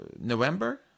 November